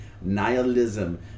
Nihilism